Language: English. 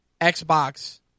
Xbox